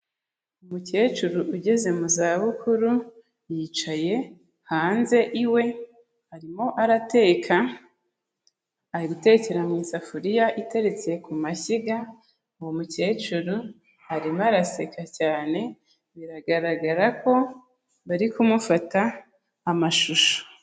Umukecuru ugeze mu za bukuru yicaye hanze iwe. Arimo arateka. Arigutekera mu isafuriya iteretse ku mashyiga. Uwo mukecuru arimo araseka cyane biragaragara ko barikumufata amashusho.